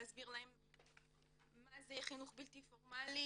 להסביר להם מה זה חינוך בלתי פורמלי,